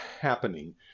happening